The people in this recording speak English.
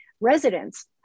residents